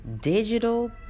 Digital